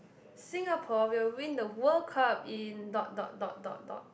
Singapore will win the World Cup in dot dot dot dot dot